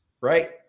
right